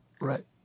Right